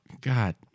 God